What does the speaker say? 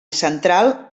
central